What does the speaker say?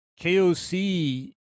KOC